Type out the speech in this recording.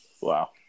Wow